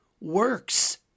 works